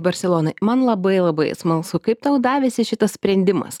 barselonoj man labai labai smalsu kaip tau davėsi šitas sprendimas